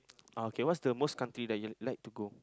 okay what's the most country that you'd like to go